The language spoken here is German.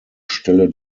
stelle